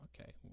okay